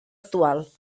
actual